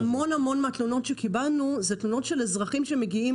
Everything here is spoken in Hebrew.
הרבה מהתלונות שקיבלנו אלה תלונות של אזרחים שמגיעים